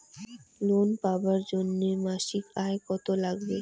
Loan পাবার জন্যে মাসিক আয় কতো লাগবে?